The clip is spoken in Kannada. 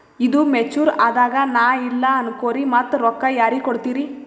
ಈದು ಮೆಚುರ್ ಅದಾಗ ನಾ ಇಲ್ಲ ಅನಕೊರಿ ಮತ್ತ ರೊಕ್ಕ ಯಾರಿಗ ಕೊಡತಿರಿ?